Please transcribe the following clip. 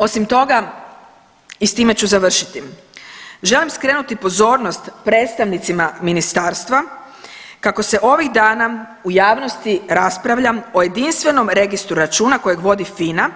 Osim toga i s time ću završiti, želim skrenuti pozornost predstavnicima ministarstva kako se ovih dana u javnosti raspravlja o jedinstvenom registru računa kojeg vodi FINA,